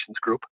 Group